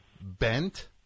bent